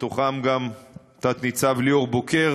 בתוכם גם תת-ניצב ליאור בוקר,